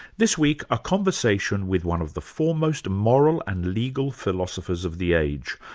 this week a conversation with one of the foremost moral and legal philosophers of the age,